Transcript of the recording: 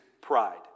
pride